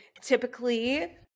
typically